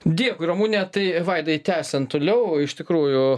dėkui ramune tai vaidai tęsiant toliau o iš tikrųjų